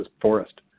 forest